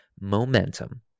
momentum